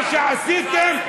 מה שעשיתם,